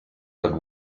but